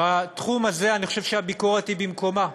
בתחום הזה אני חושב שהביקורת היא במקומה.